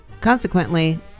Consequently